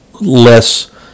less